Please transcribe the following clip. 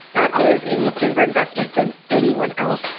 that is a bigger investment than anyone else.